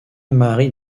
marie